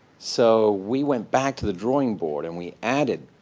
so we went back to the drawing board, and we added